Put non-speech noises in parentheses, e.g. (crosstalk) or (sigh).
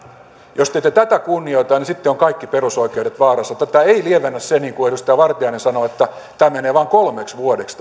jos te ette tätä kunnioita niin sitten ovat kaikki perusoikeudet vaarassa tätä ei lievennä se niin kuin edustaja vartiainen sanoi että tämä sopimusoikeus menee vain kolmeksi vuodeksi (unintelligible)